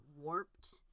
warped